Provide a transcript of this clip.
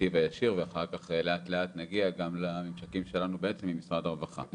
הנתיב הישיר ואחר כך לאט לאט נגיע גם לממשקים שלנו עם משרד הרווחה,